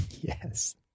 Yes